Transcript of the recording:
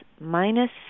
minus